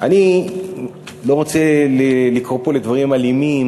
אני לא רוצה לקרוא פה לדברים אלימים,